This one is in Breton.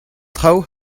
traoù